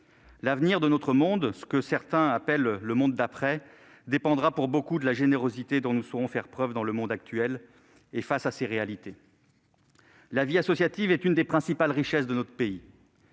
L'avenir de notre monde- ce que certains appellent « le monde d'après » -dépendra pour beaucoup de la générosité dont nous saurons faire preuve dans le monde actuel et face à ses réalités. La vie associative est l'une des principales richesses de notre pays.